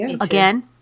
Again